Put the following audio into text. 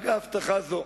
רק ההבטחה הזאת,